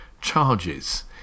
charges